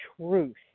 truth